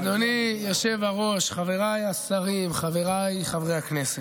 אדוני היושב-ראש, חבריי השרים, חבריי חברי הכנסת.